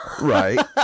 Right